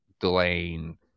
delaying